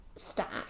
Stack